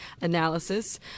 analysis